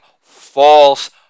false